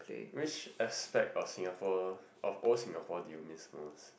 which aspect of Singapore of old Singapore do you miss most